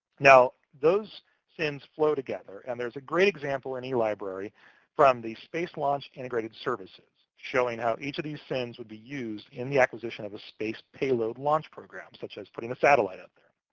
now, those sin's flow together, and there's a great example in e-library from the space launch integrated services showing how each of these sin's would be used in the acquisition of a space payload launch program, such as putting a satellite up there.